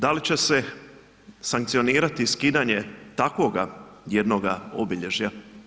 Da li će se sankcionirati i skidanje takvoga jednoga obilježja?